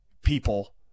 people